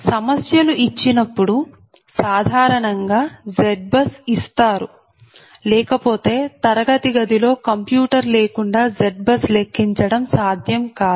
సమస్యలు ఇచ్చినప్పుడు సాధారణంగా ZBUSఇస్తారు లేకపోతే తరగతి గదిలో కంప్యూటర్ లేకుండా ZBUS లెక్కించడం సాధ్యం కాదు